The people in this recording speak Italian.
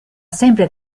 sempre